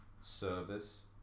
service